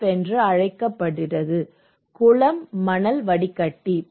F என்று அழைக்கப்பட்டது குளம் மணல் வடிகட்டி